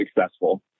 successful